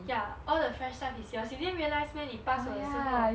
ya all the fresh stuff is yours you didn't realise meh 妳 pass 我的时候